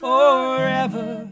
Forever